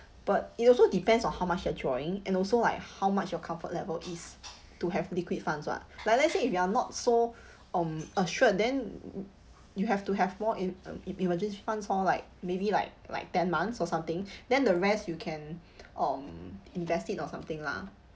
but it also depends on how much you're drawing and also like how much your comfort level is to have liquid funds [what] like let's say if you are not so um assured then you have to have more in um emergency funds for like maybe like like ten months or something then the rest you can um invest it or something lah